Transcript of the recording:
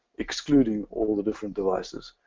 excluding all the different devices.